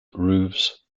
roofs